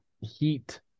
Heat